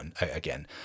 again